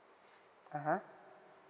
(uh huh)